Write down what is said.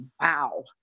wow